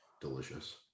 Delicious